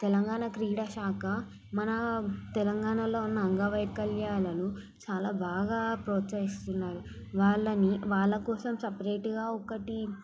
తెలంగాణ క్రీడాశాఖ మన తెలంగాణలో ఉన్న అంగవైకల్యాలలు చాలా బాగా ప్రోత్సహిస్తున్నారు వాళ్ళని వాళ్ళ కోసం సపరేటుగా ఒకటి